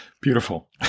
Beautiful